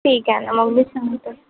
ठीक आहे ना मग मी सांगते